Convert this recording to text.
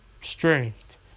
strength